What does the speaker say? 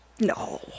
No